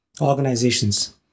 organizations